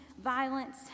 violence